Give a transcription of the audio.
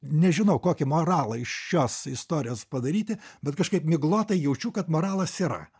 nežinau kokį moralą iš šios istorijos padaryti bet kažkaip miglotai jaučiu kad moralas yra